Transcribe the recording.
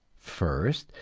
first,